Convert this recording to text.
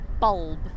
bulb